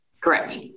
Correct